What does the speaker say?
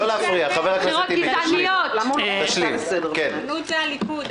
חבר הכנסת טיבי אנא השלם את דבריך.